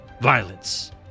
Violence